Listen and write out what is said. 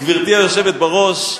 גברתי היושבת בראש,